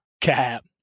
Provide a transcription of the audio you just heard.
cap